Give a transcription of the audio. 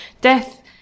Death